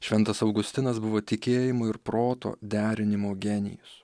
šventas augustinas buvo tikėjimo ir proto derinimo genijus